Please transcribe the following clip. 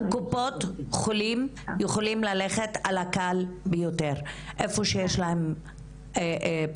קופות החולים יכולות ללכת על הקל ביותר: איפה שיש להן פסיכולוגים,